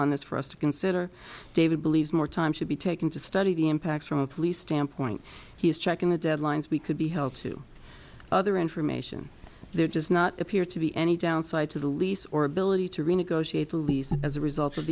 on this for us to consider david believes more time should be taken to study the impacts from a police standpoint he is checking the deadlines we could be held to other information there does not appear to be any downside to the lease or ability to renegotiate the lease as a result of